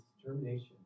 determination